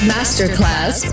Masterclass